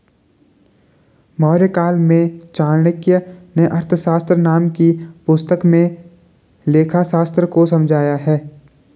मौर्यकाल में चाणक्य नें अर्थशास्त्र नाम की पुस्तक में लेखाशास्त्र को समझाया है